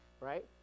right